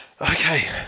Okay